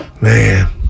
Man